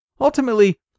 Ultimately